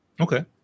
Okay